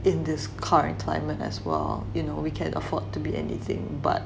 in this current climate as well you know we can afford to be anything but